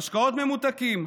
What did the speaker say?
משקאות ממותקים,